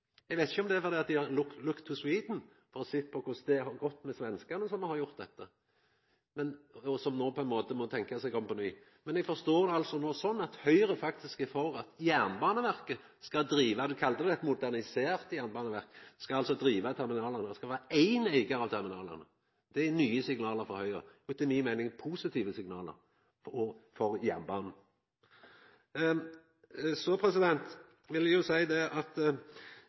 Eg veit ikkje om det er fordi dei har «looked to Sweden» og sett på korleis det har gått med svenskane, som har gjort dette, og som no på ein måte må tenkja seg om på ny. Eg forstår det no sånn at Høgre faktisk er for at Jernbaneverket – ein kalla det eit modernisert jernbaneverk – skal driva terminalane, og det skal vera éin eigar av terminalane. Det er nye signal frå Høgre og, etter mi meining, positive signal – òg for jernbanen. Så vil eg seia at det